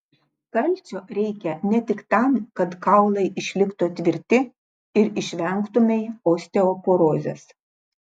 kalcio reikia ne tik tam kad kaulai išliktų tvirti ir išvengtumei osteoporozės